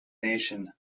nation